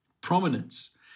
prominence